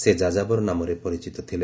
ସେ 'ଯାଯାବର' ନାମରେ ପରିଚିତ ଥିଲେ